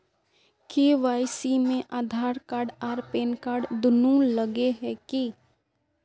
KYC में Aadhaar card आर PAN card दुनू लगे है की?